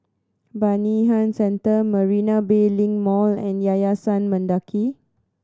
Bayanihan Centre Marina Bay Link Mall and Yayasan Mendaki